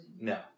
No